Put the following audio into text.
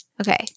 Okay